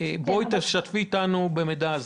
בואי תשתפי אותנו במידע הזה.